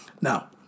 Now